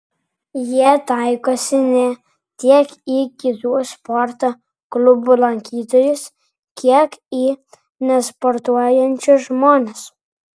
jie taikosi ne tiek į kitų sporto klubų lankytojus kiek į nesportuojančius žmones